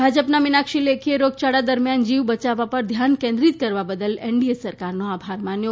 ભાજપના મીનાક્ષી લેખીએ રોગયાળા દરમિયાન જીવ બચાવવા પર ધ્યાન કેન્દ્રિત કરવા બદલ એનડીએ સરકારનો આભાર માન્યો